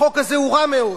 החוק הזה הוא רע מאוד,